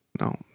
No